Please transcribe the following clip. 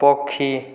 ପକ୍ଷୀ